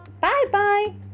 Bye-bye